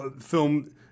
film